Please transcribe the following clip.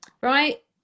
Right